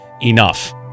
enough